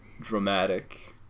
dramatic